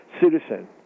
citizen